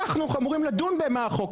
אנחנו אמורים לדון איך נראה החוק,